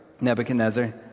Nebuchadnezzar